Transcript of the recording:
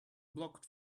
blocked